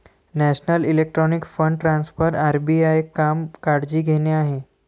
national electronic fund transfer RBI काम काळजी घेणे आहे